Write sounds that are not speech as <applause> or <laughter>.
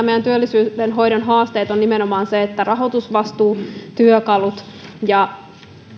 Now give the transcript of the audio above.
<unintelligible> meidän työllisyydenhoidon haaste on nimenomaan se että rahoitusvastuu työkalut ja